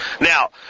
Now